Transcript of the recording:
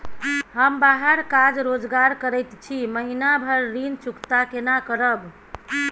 हम बाहर काज रोजगार करैत छी, महीना भर ऋण चुकता केना करब?